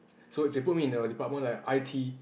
so if you put me in a department like I_T